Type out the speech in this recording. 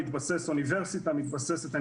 אוניברסיטה מתבססת עליהם.